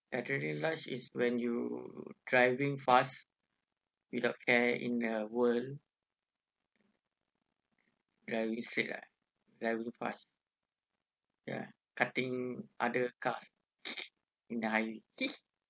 is when you driving fast without care in the world really sick ah very fast ya cutting other cars and I